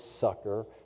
sucker